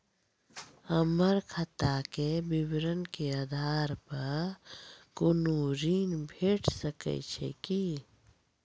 हमर खाता के विवरण के आधार प कुनू ऋण भेट सकै छै की?